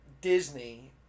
Disney